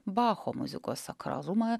bacho muzikos sakralumą